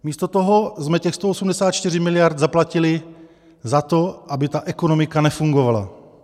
Místo toho jsme těch 184 miliard zaplatili za to, aby ta ekonomika nefungovala.